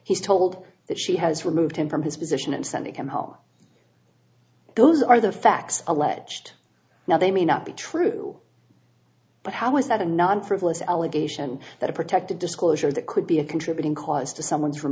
he's told that she has removed him from his position and sent him home those are the facts alleged now they may not be true but how is that a non frivolous allegation that a protected disclosure that could be a contributing cause to someone's